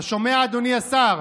אתה שומע, אדוני השר?